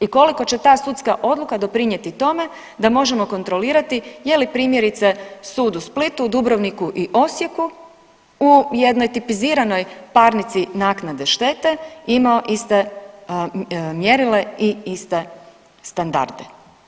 I koliko će ta sudska odluka doprinijeti tome da možemo kontrolirati je li primjerice sud u Splitu, Dubrovniku i Osijeku u jednoj tipiziranoj parnici naknade štete imao ista mjerila i iste standarde.